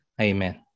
Amen